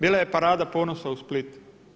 Bila je parada ponosa u Splitu.